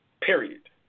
period